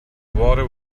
water